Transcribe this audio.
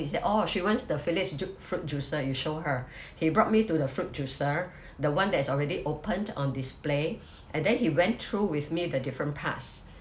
she says orh she wants the philips juk~ fruit juicer you show her he brought me to the fruit juicer the one that's already opened on display and then he went through with me the different parts